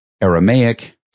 Aramaic